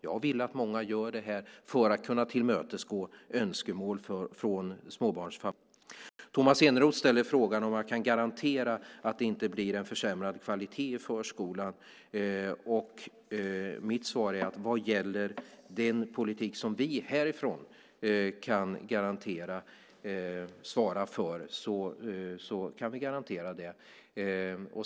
Jag vill att många gör det, för att kunna tillmötesgå önskemål från småbarnsfamiljernas sida. Tomas Eneroth ställer frågan om jag kan garantera att det inte blir en försämrad kvalitet i förskolan. Mitt svar är att vi, vad gäller den politik som vi härifrån svarar för, kan garantera det.